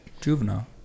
Juvenile